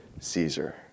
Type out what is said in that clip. Caesar